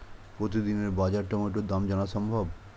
প্রতিদিনের বাজার টমেটোর দাম জানা সম্ভব?